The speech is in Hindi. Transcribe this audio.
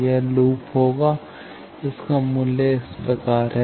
यह लूप होगा इसका मूल्य इस प्रकार है